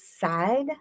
side